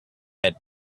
had